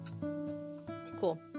Cool